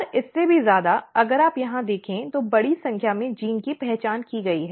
और इससे भी ज्यादा अगर आप यहां देखें तो बड़ी संख्या में जीन की पहचान की गई है